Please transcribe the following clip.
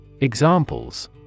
Examples